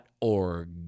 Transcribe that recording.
org